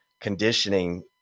conditioning